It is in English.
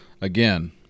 Again